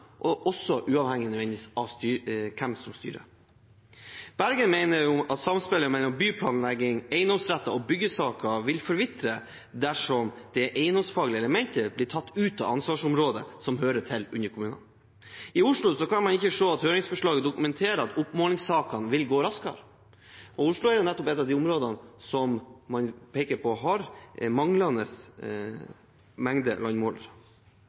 kommuner, også uavhengig av hvem som styrer. Bergen mener at samspillet mellom byplanlegging, eiendomsretter og byggesaker vil forvitre dersom det eiendomsfaglige elementet blir tatt ut av ansvarsområdet som hører til under kommunene. I Oslo kan man ikke se at høringsforslaget dokumenterer at oppmålingssakene vil gå raskere, og Oslo er nettopp ett av de områdene som man peker på mangler landmålere. I Krødsherad kommune viser man til at det i nærheten av denne kommunen er ett privat firma som har